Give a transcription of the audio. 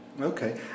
Okay